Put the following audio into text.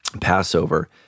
Passover